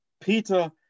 Peter